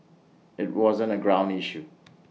IT wasn't A ground issue